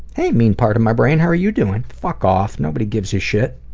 hey mean part of my brain how are you doing? fuck off nobody gives a shit.